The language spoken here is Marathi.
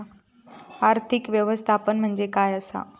आर्थिक व्यवस्थापन म्हणजे काय असा?